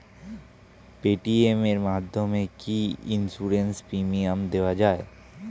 Paytm এর মাধ্যমে কি ইন্সুরেন্স প্রিমিয়াম দেওয়া যায়?